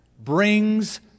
brings